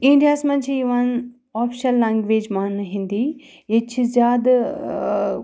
اِنڈیاہَس منٛز چھےٚ یِوان آفِشَل لنٛگویج ماننہٕ ہِنٛدی ییٚتہِ چھِ زیادٕ